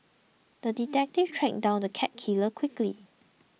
the detective tracked down the cat killer quickly